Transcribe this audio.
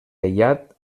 aïllat